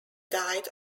died